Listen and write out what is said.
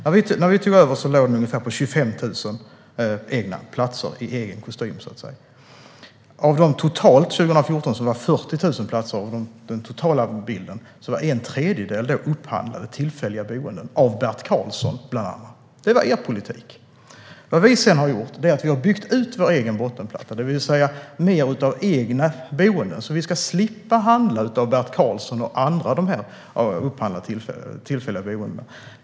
När vi tog över hade Migrationsverket ungefär 25 000 egna platser, i egen kostym så att säga. År 2014 var en tredjedel av de totalt 40 000 platserna upphandlade, tillfälliga boenden av bland andra Bert Karlsson. Det var er politik. Vad vi har gjort är att vi har byggt ut bottenplattan, det vill säga mer av egna boenden, så att vi ska slippa handla de tillfälliga boendena av Bert Karlsson och andra.